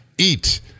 Eat